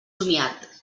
somiat